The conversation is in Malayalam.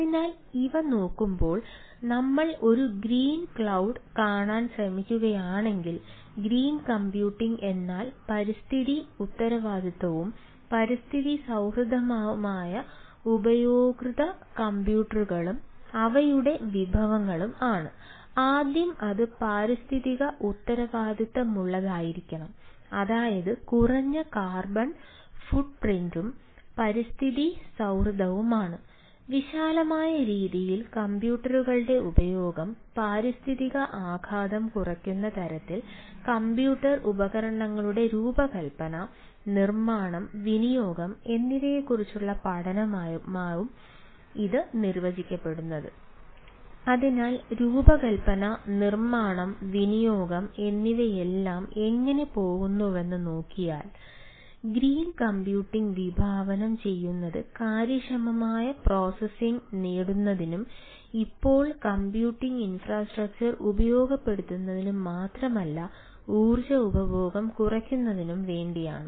അതിനാൽ ഇവ നോക്കുമ്പോൾ നമ്മൾ ഒരു ഗ്രീൻ ക്ലൌഡ് ഉപയോഗപ്പെടുത്തുന്നതിനും മാത്രമല്ല ഊർജ്ജ ഉപഭോഗം കുറയ്ക്കുന്നതിനും വേണ്ടിയാണ്